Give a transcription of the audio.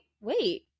wait